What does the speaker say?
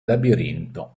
labirinto